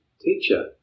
Teacher